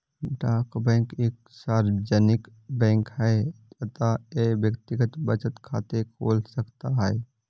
डाक बैंक एक सार्वजनिक बैंक है अतः यह व्यक्तिगत बचत खाते खोल सकता है